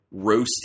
roasty